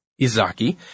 Izaki